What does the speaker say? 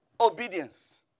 obedience